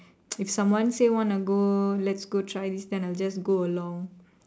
if someone say wanna go let's go try then I'll just go along